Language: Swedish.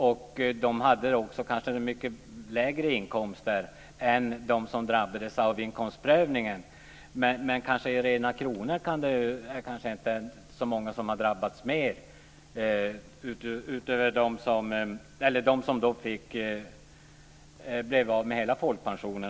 De hade kanske också mycket lägre inkomster än dem som drabbades av inkomstprövningen. Men i rena kronor är det kanske inte så många som har drabbats mer än dem som blev av med hela folkpensionen.